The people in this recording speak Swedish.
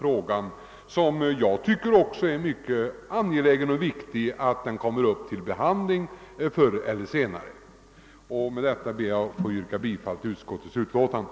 Även jag tycker dock att det är mycket angeläget och viktigt att den förr eller senare kommer upp till behandling. Med det anförda ber jag att få yrka bifall till utskottets hemställan.